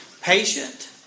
Patient